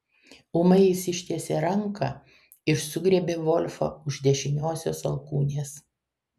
ūmai jis ištiesė ranką ir sugriebė volfą už dešiniosios alkūnės